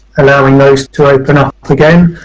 allowing those to open up again.